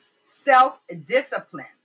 self-discipline